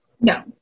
No